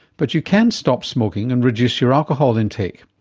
but you can stop smoking and reduce your alcohol intake.